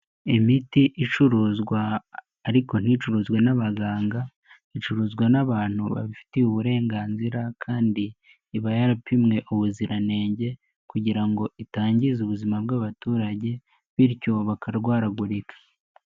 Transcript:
Imiti icuruzwa ariko nticuruzwe n'abaganga icuruzwa n'abantu babifitiye uburenganzira kandi iba yarapimwe ubuziranenge kugira ngo itangiza ubuzima bw'abaturage bityo bakarwaragurika.